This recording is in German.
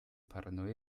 paranoia